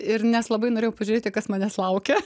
ir nes labai norėjau pažiūrėti kas manęs laukia